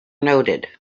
noted